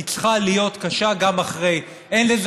היא צריכה להיות קשה גם אחרי כן.